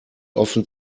offen